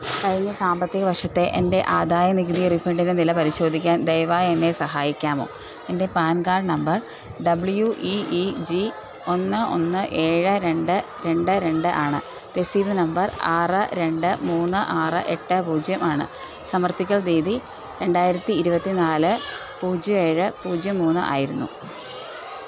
കഴിഞ്ഞ സാമ്പത്തിക വർഷത്തെ എൻ്റെ ആദായ നികുതി റീഫണ്ടിൻ്റെ നില പരിശോധിക്കാൻ ദയവായി എന്നെ സഹായിക്കാമോ എൻ്റെ PAN card number W E E G ഒന്ന് ഒന്ന് ഏഴ് രണ്ട് രണ്ട് രണ്ട് ആണ് രസീത് നമ്പർ ആറ് രണ്ട് മൂന്ന് ആറ് എട്ട് പൂജ്യം ആണ് സമർപ്പിക്കൽ തീയതി രണ്ടായിരത്തി ഇരുപത്തി നാല് പൂജ്യം ഏഴ് പൂജ്യം മൂന്ന് ആയിരിന്നു